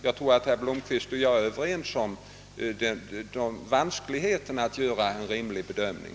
Jag tror också att herr Blomkvist och jag är överens om vanskligheten av en bedömning härvidlag.